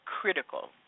critical